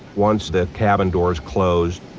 once the cabin doors close